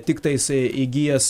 tiktais įgijęs